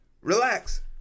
relax